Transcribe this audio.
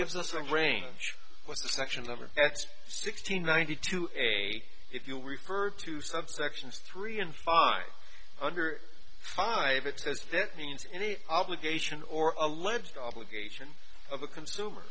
gives us a range with the section over that's sixteen ninety two a if you refer to some sections three and five under five it says that means any obligation or alleged obligation of a consumer